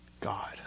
God